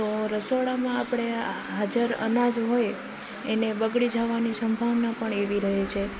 તો રસોડામાં આપણે હાજર અનાજ હોય એને બગડી જવાની સંભાવના પણ એવી રહે છે